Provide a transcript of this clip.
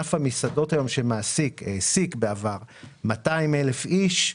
שענף המסעדות היום שהעסיק בעבר 200,000 איש,